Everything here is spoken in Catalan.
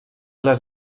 les